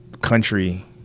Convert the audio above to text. country